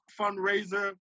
fundraiser